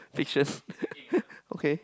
pictures okay